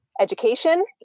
education